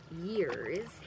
years